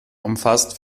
umfasst